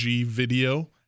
Video